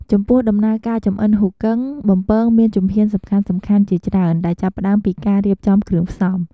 ចំពោះ ដំណើរការចម្អិនហ៊ូគឹងបំពងមានជំហានសំខាន់ៗជាច្រើន ដែលចាប់ផ្ដើមពីការរៀបចំគ្រឿងផ្សំ។